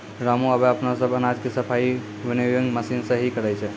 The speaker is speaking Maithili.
रामू आबॅ अपनो सब अनाज के सफाई विनोइंग मशीन सॅ हीं करै छै